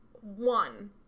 one